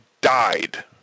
died